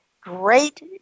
great